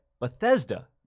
bethesda